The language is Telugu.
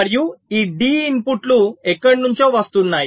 మరియు ఈ D ఇన్పుట్లు ఎక్కడి నుంచో వస్తున్నాయి